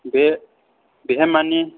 बे बेहाय माने